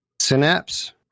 Synapse